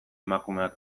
emakumeak